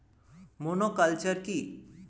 Monoculture কি?